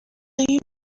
این